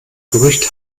gerücht